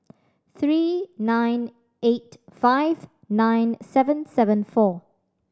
three nine eight five nine seven seven four